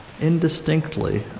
Indistinctly